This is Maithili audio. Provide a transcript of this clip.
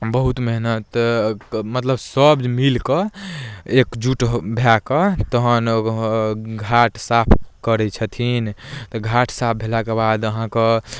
बहुत मेहनत मतलब सभ मिलि कऽ एकजुट भए कऽ तहन ओ घाट साफ करै छथिन तऽ घाट साफ भेलाके बाद अहाँके